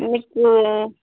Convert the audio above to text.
మీకు